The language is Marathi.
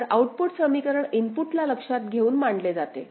तर आऊटपुट समीकरण इनपुटला लक्षात घेऊन मांडले जाते